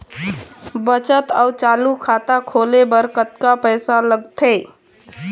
बचत अऊ चालू खाता खोले बर कतका पैसा लगथे?